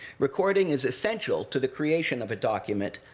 recording is essential to the creation of a document,